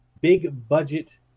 big-budget